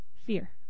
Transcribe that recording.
Fear